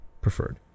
preferred